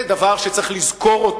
זה דבר שצריך לזכור.